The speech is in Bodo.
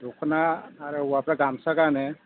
दखना आरो हौवाफ्रा गामसा गानो